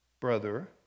brother